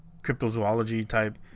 cryptozoology-type